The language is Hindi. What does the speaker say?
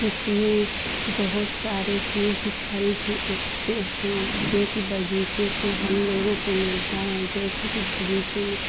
इसमें बहुत सारे चीज़ भी फल भी उगते हैं जो कि बगीचे से हम लोगों को मिलता है जैसे कि बगीचे में